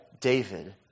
David